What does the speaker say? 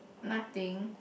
nothing